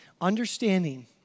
Understanding